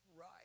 right